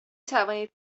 توانید